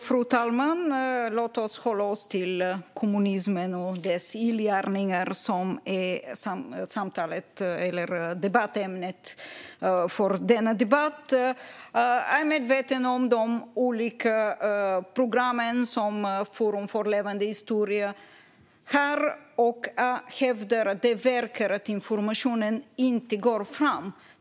Fru talman! Låt oss hålla oss till kommunismen och dess illgärningar som är ämnet för denna debatt. Jag är medveten om de olika program som Forum för levande historia har. Jag hävdar att det verkar som att informationen inte går fram.